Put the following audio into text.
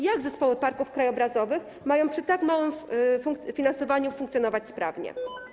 Jak zespoły parków krajobrazowych mają przy tak małym finansowaniu funkcjonować sprawnie?